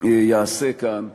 יעשה כאן,